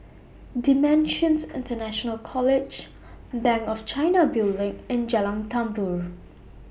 DImensions International College Bank of China Building and Jalan Tambur